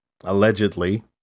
allegedly